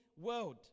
world